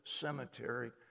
cemetery